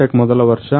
tech ಮೊದಲ ವರ್ಷ